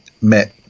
met